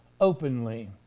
openly